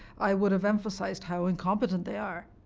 i would have emphasized how incompetent they are.